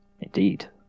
Indeed